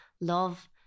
love